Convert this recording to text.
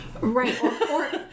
right